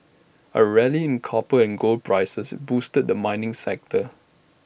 A rally in copper and gold prices boosted the mining sector